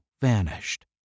vanished